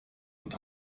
und